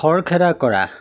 খৰখেদা কৰা